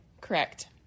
Correct